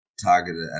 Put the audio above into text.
targeted